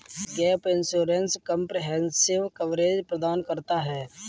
gap insurance comprehensive coverage प्रदान करता है